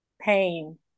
Pain